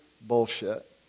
Bullshit